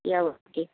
yeah okay